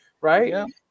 right